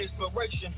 inspiration